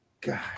God